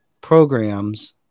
programs